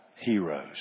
heroes